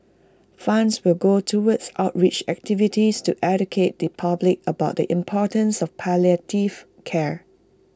funds will go towards outreach activities to educate the public about the importance of palliative care